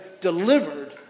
delivered